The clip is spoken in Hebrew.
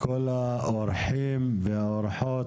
לכל האורחים והאורחות.